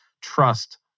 trust